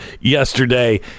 yesterday